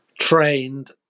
trained